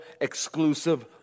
exclusive